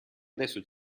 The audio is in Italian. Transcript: adesso